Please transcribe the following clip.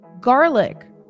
garlic